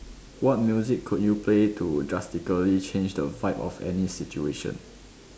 what music could you play to drastically change the vibe of any situation